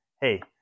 hey